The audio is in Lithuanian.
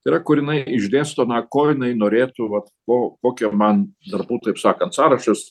yra kur jinai išdėsto na ko jinai norėtų vat ko kokią man darbų taip sakant sąrašas